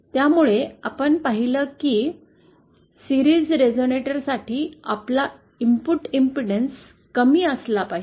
त्यामुळे आपण पाहिलं की सीरीज रेझोनेटरसाठी आपला इनपुट इंपेडेंस कमी असला पाहिजे